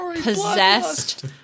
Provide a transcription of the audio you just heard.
possessed